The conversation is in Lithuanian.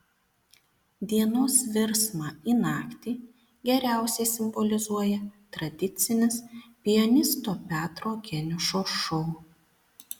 dienos virsmą į naktį geriausiai simbolizuoja tradicinis pianisto petro geniušo šou